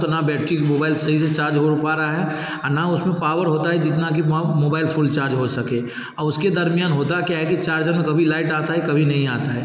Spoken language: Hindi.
तो ना बैट्रिक मोबाइल सही से चार्ज हो पा रहा है आ ना उसमें पावर होता है जितना कि मोबाइल फुल चार्ज हो सके और उसके दरमियान होता क्या है कि चार्जर में कभी लाइट आती है कभी नहीं आती है